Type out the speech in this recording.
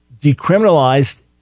decriminalized